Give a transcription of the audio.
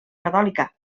catòlica